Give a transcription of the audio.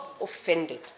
offended